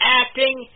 acting